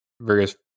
various